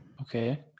Okay